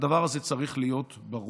הדבר הזה צריך להיות ברור,